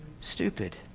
stupid